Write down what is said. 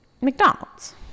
McDonald's